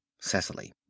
Cecily